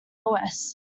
louis